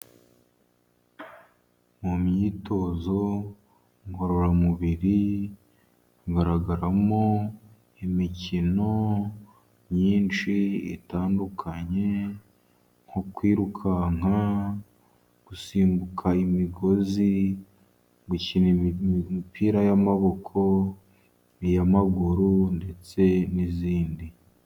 Mu myitozo ngororamubiri, igaragaramo imikino myinshi itandukanye, nko kwirukanka, gusimbuka imigozi, gukina imipira y'amaboko n' iyamaguru ndetse n'izindi.